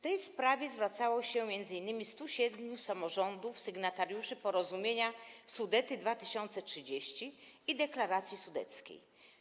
Tę sprawę poruszało m.in. 107 samorządów - sygnatariuszy porozumienia Sudety 2030 i deklaracji sudeckiej.